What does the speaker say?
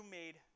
made